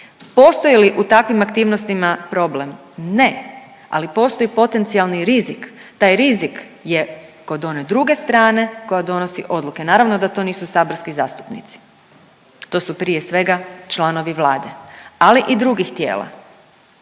Postoji li u takvim aktivnostima problem? Ne, ali postoji potencijalni rizik. Taj rizik je kod one druge strane koja donosi odluke. Naravno da to nisu saborski zastupnici, to su prije svega članovi Vlade, ali i drugih tijela.